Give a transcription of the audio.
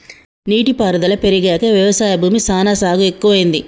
నీటి పారుదల పెరిగాక వ్యవసాయ భూమి సానా సాగు ఎక్కువైంది